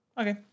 Okay